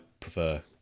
prefer